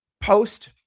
post